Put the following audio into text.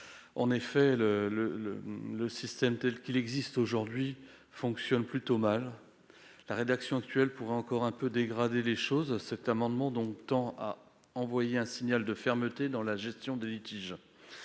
Le système tel qu'il existe aujourd'hui fonctionne plutôt mal, et la rédaction actuelle pourrait encore un peu dégrader les choses. Cet amendement vise donc à envoyer un signal de fermeté dans la gestion des litiges.